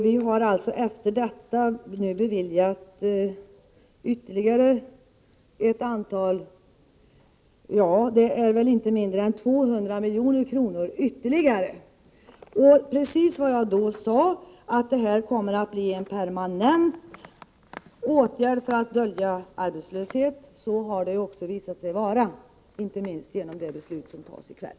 Vi har efter 1983 beviljat inte mindre än 200 milj.kr. ytterligare. Jag sade vid det tillfället att det skulle bli en permanent åtgärd för att dölja arbetslösheten, och så har också blivit fallet, vilket visas inte minst genom det beslut som skall fattas i kväll.